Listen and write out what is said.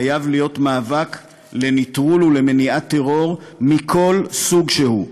חייב להיות מאבק לנטרול ולמניעת טרור מכל סוג שהוא.